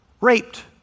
raped